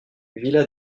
villa